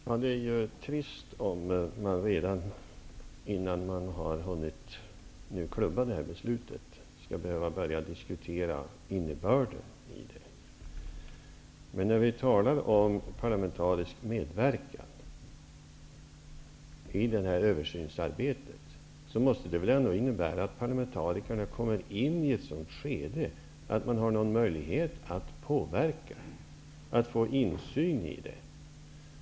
Herr talman! Det är trist om vi redan innan man har hunnit klubba beslutet skall behöva börja diskutera innebörden i det. När vi talar om parlamentarisk medverkan i översynsarbetet måste det väl innebära att parlamentarikerna kommer in i ett sådant skede att de har möjlighet att påverka och få insyn i arbetet.